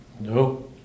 No